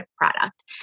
product